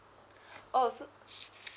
oh so